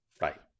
Right